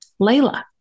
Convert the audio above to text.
Layla